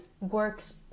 works